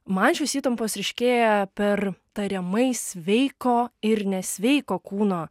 man šios įtampos ryškėja per tariamai sveiko ir nesveiko kūno